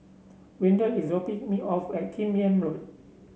Windell is dropping me off at Kim Yam Road